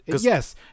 Yes